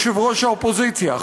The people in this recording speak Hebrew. יושב-ראש האופוזיציה,